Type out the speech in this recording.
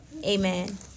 Amen